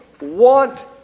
want